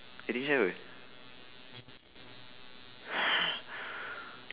additional